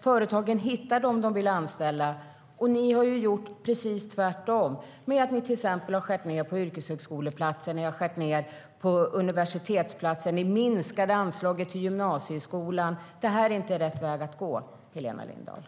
företagen hittar dem som de vill anställa. Ni har ju gjort precis tvärtom genom att till exempel skära ned på antalet yrkeshögskoleplatser och på universitetsplatser. Ni minskade anslaget till gymnasieskolan. Det är inte rätt väg att gå, Helena Lindahl.